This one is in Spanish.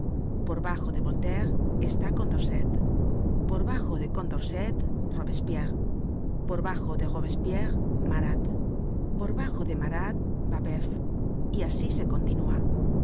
por bajo de voltaire está condorcet por bajo de condorcet robespierre por bajo de robespierre marat por bajo de marat babeuf y asi se continúa